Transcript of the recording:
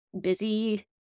busy